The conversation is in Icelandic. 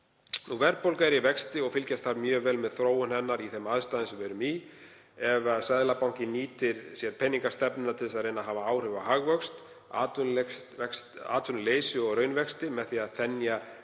Verðbólga er í vexti og fylgjast þarf mjög vel með þróun hennar í þeim aðstæðum sem við erum í. Ef Seðlabankinn nýtir sér peningastefnuna til að reyna að hafa áhrif á hagvöxt, atvinnuleysi og raunvexti með því að þenja